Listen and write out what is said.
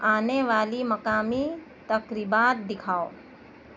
آنے والی مقامی تقریبات دکھاؤ